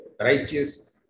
righteous